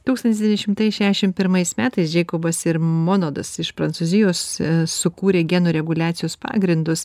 tūkstantis devyni šimtai šiašim pirmais metais džeikobas ir monodas iš prancūzijos sukūrė genų reguliacijos pagrindus